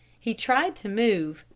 he tried to move.